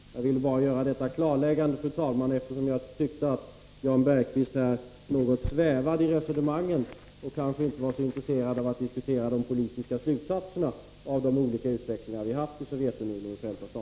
Jag ville bara göra detta klarläggande, eftersom jag tyckte att Jan Bergqvist var något svävande i sitt resonemang och kanske inte var så intresserad av att diskutera de politiska slutsatserna av utvecklingen i Sovjetunionen och Förenta staterna.